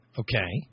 okay